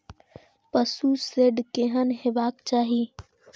पशु शेड केहन हेबाक चाही?